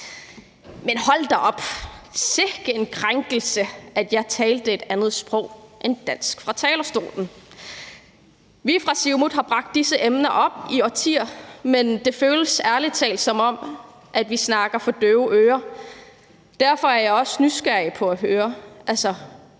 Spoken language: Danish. Men hold da op, sikke en krænkelse, at jeg talte et andet sprog end dansk fra talerstolen. Vi fra Siumut har bragt disse emner op i årtier, men det føles ærlig talt, som om vi snakker for døve ører. Derfor er jeg også ærligt nysgerrig på at høre,